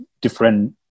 different